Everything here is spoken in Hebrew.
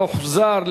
התשע"ב 2012,